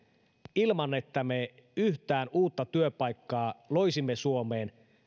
ilman että me yhtään uutta työpaikkaa loisimme suomeen